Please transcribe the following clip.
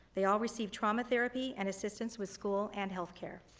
they all receive trauma therapy and assistance with school and healthcare.